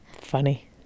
Funny